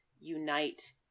unite